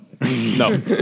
No